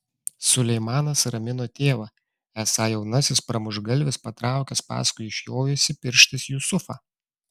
suleimanas ramino tėvą esą jaunasis pramuštgalvis patraukęs paskui išjojusį pirštis jusufą